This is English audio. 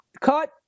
cut